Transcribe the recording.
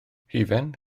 hufen